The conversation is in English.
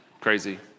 crazy